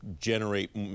generate